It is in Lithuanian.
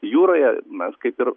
jūroje mes kaip ir